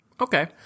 Okay